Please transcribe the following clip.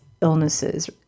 illnesses